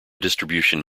distribution